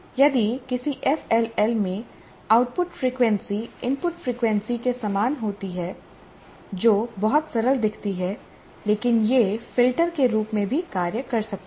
यदि किसी एफएलएल में आउटपुट फ़्रीक्वेंसी इनपुट फ़्रीक्वेंसी के समान होती है जो बहुत सरल दिखती है लेकिन यह फ़िल्टर के रूप में भी कार्य कर सकती है